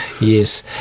Yes